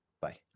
bye